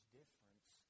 difference